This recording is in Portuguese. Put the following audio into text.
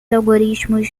algoritmos